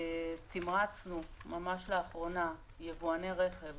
תמרצנו ממש לאחרונה יבואני רכב,